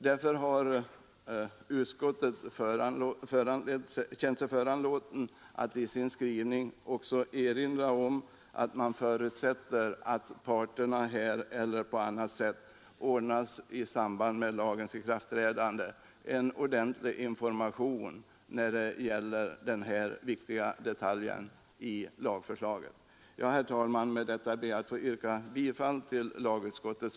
Därför har utskottet känt sig föranlåtet att i sin skrivning erinra om att man förutsätter att parterna i samband med lagens ikraftträdande får en ordentlig informa 153 Torsdagen den Herr talman! Med dessa ord ber jag att få yrka bifall till lagutskottets